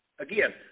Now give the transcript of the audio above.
Again